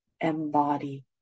embody